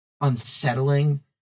unsettling